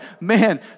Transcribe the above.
man